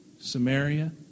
Samaria